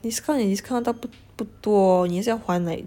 discount 也 discount 到不不多也是要还 like